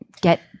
get